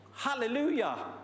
Hallelujah